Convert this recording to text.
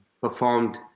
performed